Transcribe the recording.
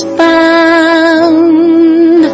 found